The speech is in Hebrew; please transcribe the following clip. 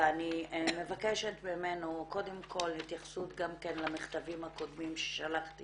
ואני מבקשת ממנו קודם כל התייחסות גם למכתבים הקודמים ששלחתי